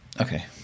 Okay